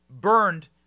burned